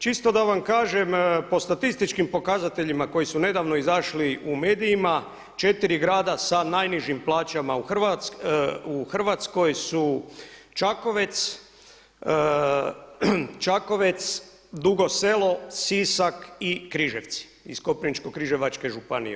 Čisto da vam kažem po statističkim pokazateljima koji su nedavno izašli u medijima, 4 grada sa najnižim plaćama u Hrvatskoj su Čakovec, Dugo Selo, Sisak i Križevci iz Koprivničko-križevačke županije.